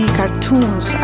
cartoons